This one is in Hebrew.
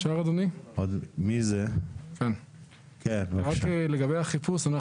רק לגבי החיפוש,